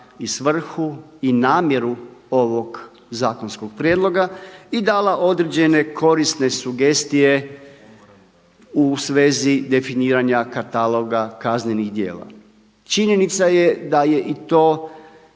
i svrhu i namjeru ovog zakonskog prijedloga i dala određene korisne sugestije u svezi definiranja kataloga kaznenih djela. Činjenica je da je i to